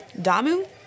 Damu